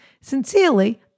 Sincerely